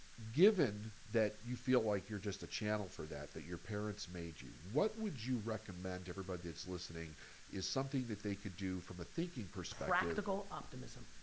given that you feel like you're just a channel for that, that your parents made you what would you recommend to everybody that's listening is something that they could do from a thinking perspective? so practical optimism.